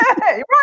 Right